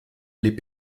les